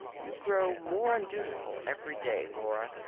you grow more undutiful every day, laura.